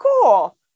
cool